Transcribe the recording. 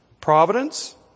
Providence